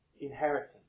inheritance